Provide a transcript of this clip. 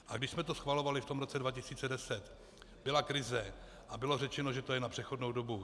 A když jsme to schvalovali v roce 2010, byla krize a bylo řečeno, že to je na přechodnou dobu.